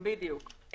בדיוק.